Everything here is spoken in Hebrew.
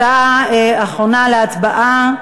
הצעה אחרונה להצבעה,